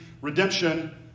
Redemption